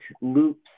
loops